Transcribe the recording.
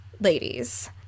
ladies